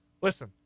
Listen